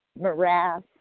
morass